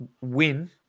win